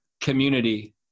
community